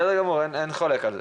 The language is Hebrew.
בסדר גמור, אין חולק על זה.